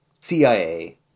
CIA